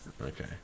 okay